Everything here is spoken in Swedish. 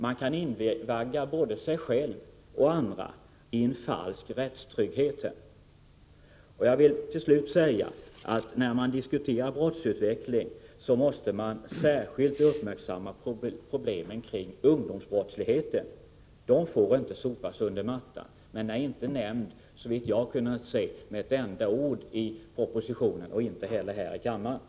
Man kan invagga både sig själv och andra i en falsk rättstrygghet. Till slut vill jag säga att man, när man diskuterar brottsutveckling, särskilt måste uppmärksamma problemen i samband med ungdomsbrottsligheten. De får inte sopas under mattan. Såvitt jag har kunnat märka har denna brottslighet inte nämnts med ett enda ord i propositionen, och inte heller här i kammaren.